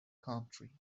country